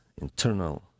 internal